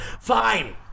Fine